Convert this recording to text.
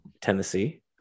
Tennessee